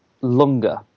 longer